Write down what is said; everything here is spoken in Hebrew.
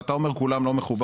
ואתה אומר כולם לא מחוברים,